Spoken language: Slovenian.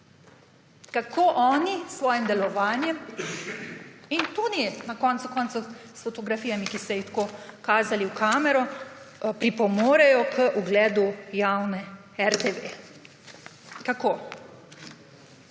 Kako oni s svojim delovanjem in tudi na koncu koncev s fotografijami, ki ste jih tako kazali v kamero, pripomorejo k ugledu javne RTV? Kako?